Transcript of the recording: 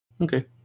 Okay